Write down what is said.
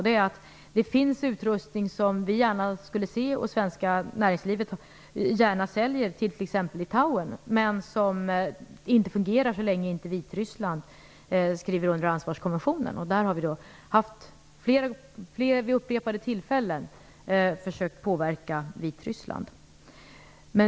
Det finns nämligen utrustning som vi gärna skulle se användas, och som det svenska näringslivet gärna skulle sälja till exempelvis Litauen, men som inte fungerar så länge inte Vitryssland skriver under ansvarskonventionen. När det gäller detta har vi vid upprepade tillfällen försökt påverka Vitryssland.